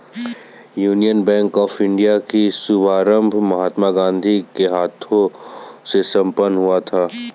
union Bank of India का शुभारंभ महात्मा गांधी के हाथों से संपन्न हुआ था